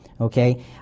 okay